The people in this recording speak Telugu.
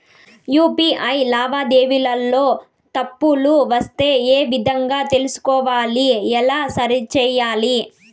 యు.పి.ఐ లావాదేవీలలో తప్పులు వస్తే ఏ విధంగా తెలుసుకోవాలి? ఎలా సరిసేయాలి?